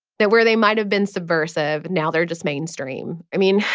but where they might have been subversive, now they're just mainstream. i mean,